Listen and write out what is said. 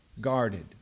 guarded